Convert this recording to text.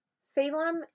Salem